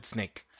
Snake